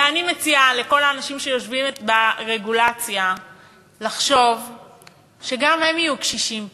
ואני מציעה לכל האנשים שיושבים ברגולציה לחשוב שגם הם יהיו קשישים פעם,